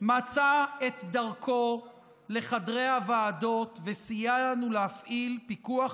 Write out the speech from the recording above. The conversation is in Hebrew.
מצא את דרכו לחדרי הוועדות וסייע לנו להפעיל פיקוח